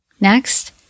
Next